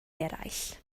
eraill